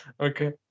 Okay